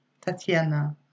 Tatiana